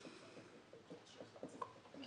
את